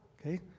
okay